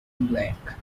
black